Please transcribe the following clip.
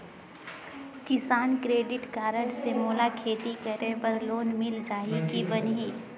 किसान credit card से मोला खेती करे बर लोन मिल जाहि की बनही??